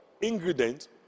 ingredient